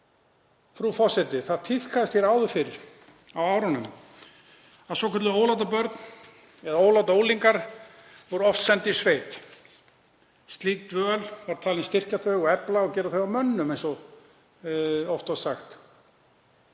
Frú forseti. Það tíðkaðist hér áður fyrr á árunum að svokölluð ólátabörn eða ólátaunglingar voru oft send í sveit. Slík dvöl var talin styrkja þau og efla og gera þau að mönnum, eins og oft var sagt